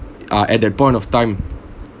uh at that point of time